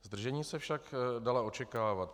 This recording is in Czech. Zdržení se však dala očekávat.